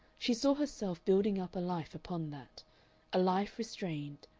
she saw herself building up a life upon that a life restrained,